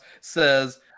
says